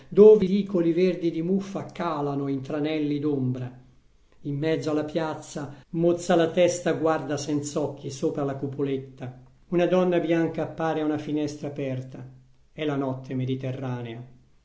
dove vicoli verdi di muffa calano in tranelli d'ombra in mezzo alla piazza mozza la testa guarda senz'occhi sopra la cupoletta una donna bianca appare a una finestra aperta è la notte mediterranea